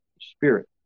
Spirit